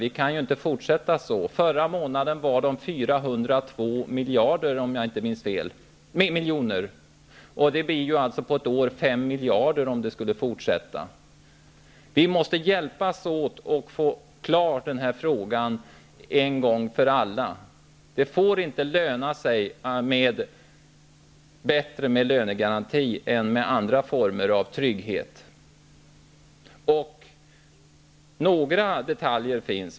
Det kan inte fortsätta så. Förra månaden var det 402 miljoner, om jag inte minns fel. Det blir på ett år 5 miljarder om det skulle fortsätta. Vi måste hjälpas åt att få den här frågan klar en gång för alla. Det får inte löna sig bättre med lönegaranti än med andra former av trygghet.